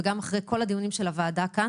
וגם אחרי כל הדיונים של הוועדה כאן